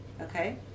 Okay